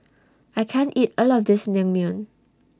I can't eat All of This Naengmyeon